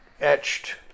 etched